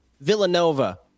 Villanova